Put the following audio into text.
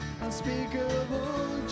unspeakable